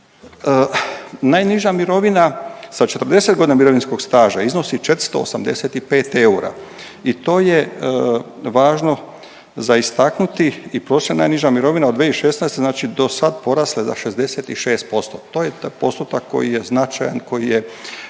Najniža mirovina sa 40 godina mirovinskog staža iznosi 485 eura. I to je važno za istaknuti i prosječna najniža mirovina od 2016. znači do sad porasla je za 66%. To je taj postotak koji je značajan, koji je